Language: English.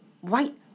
white